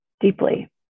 deeply